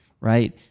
right